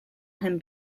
him